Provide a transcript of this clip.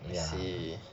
ya